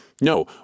No